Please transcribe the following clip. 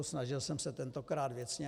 Snažil jsem se tentokrát věcně.